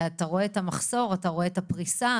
אתה רואה את המחסור ואת הפריסה,